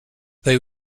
they